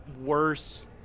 worse